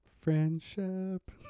Friendship